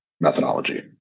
methodology